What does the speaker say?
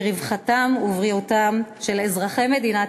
כי רווחתם ובריאותם של אזרחי מדינת